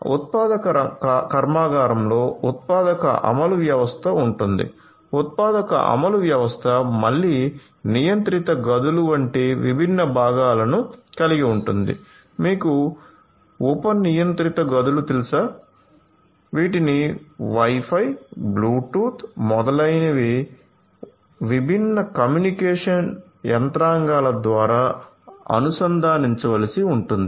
ఉత్పాదక కర్మాగారంలో ఉత్పాదక అమలు వ్యవస్థ ఉంటుంది ఉత్పాదక అమలు వ్యవస్థ మళ్లీ నియంత్రిత గదులు వంటి విభిన్న భాగాలను కలిగి ఉంటుంది మీకు ఉప నియంత్రిత గదులు తెలుసా వీటిని వైఫై బ్లూటూత్ మొదలైనవి వంటి విభిన్న కమ్యూనికేషన్ యంత్రాంగాల ద్వారా అనుసంధానించవలసి ఉంటుంది